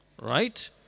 right